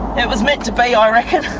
it was meant to be ah i reckon,